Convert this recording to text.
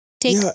Take